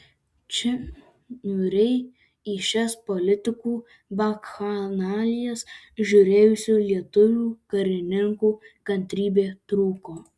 čia niūriai į šias politikų bakchanalijas žiūrėjusių lietuvių karininkų kantrybė trūko